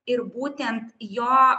ir būtent jo